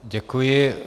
Děkuji.